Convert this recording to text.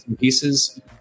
pieces